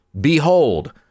behold